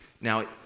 Now